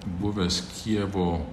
buvęs kijevo